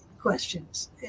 questions